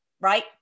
right